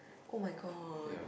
oh-my-god